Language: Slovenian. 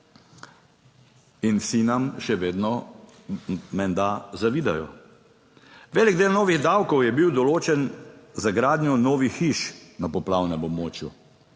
in vsi nam še vedno menda zavidajo. Velik del novih davkov je bil določen za gradnjo novih hiš na poplavnem območju,